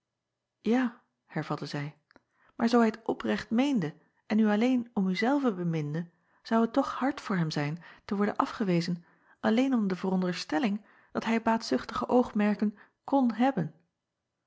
a hervatte zij maar zoo hij t oprecht meende en u alleen om u zelve beminde zou het toch hard voor hem zijn te worden afgewezen alleen om de veronderstelling dat hij baatzuchtige oogmerken kon hebben